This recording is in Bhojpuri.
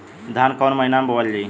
धान कवन महिना में बोवल जाई?